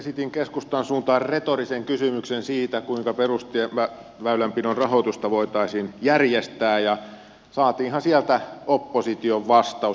esitin keskustan suuntaan retorisen kysymyksen siitä kuinka perusväylänpidon rahoitusta voitaisiin järjestää ja saatiinhan sieltä opposition vastaus